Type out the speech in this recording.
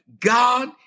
God